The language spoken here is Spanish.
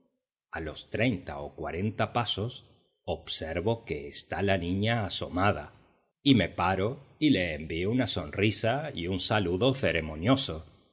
a los treinta o cuarenta pasos observo que está la niña asomada y me paro y la envío una sonrisa y un saludo ceremonioso